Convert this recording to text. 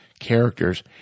characters